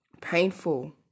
painful